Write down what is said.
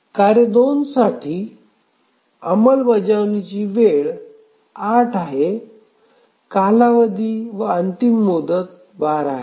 कार्य 2 साठी अंमलबजावणीची वेळ 8 आहे कालावधी व अंतिम मुदत 12 आहे